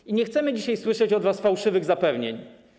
I nie chcemy dzisiaj słyszeć od was fałszywych zapewnień.